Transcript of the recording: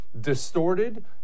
distorted